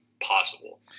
possible